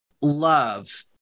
love